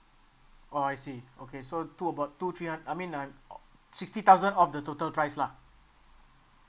oh I see okay so two about two three hun~ I mean I'm sixty thousand off the total price lah